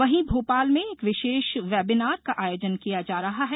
वहीं भोपाल में एक विशेष वेबिनार का आयोजन किया जा रहा है